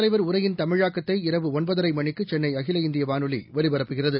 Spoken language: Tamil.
தலைவர் உரையின் தமிழாக்கத்தை இரவு ஒன்பதரைமணிக்குசென்னைஅகில குடிரயரசுத் இந்தியவானொலிஒலிபரப்புகிறது